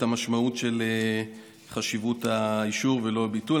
והמשמעות והחשיבות של האישור ולא ביטול.